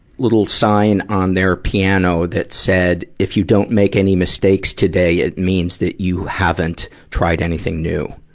little sign on their piano that said, if you don't make any mistakes today, it means that you haven't tried anything new.